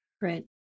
Right